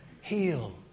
heal